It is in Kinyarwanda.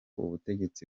ubutegetsi